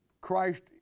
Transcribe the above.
Christ